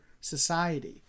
society